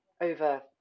over